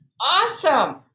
awesome